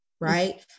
right